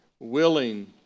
willing